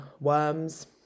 worms